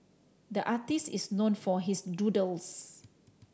the artist is known for his doodles